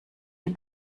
die